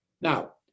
Now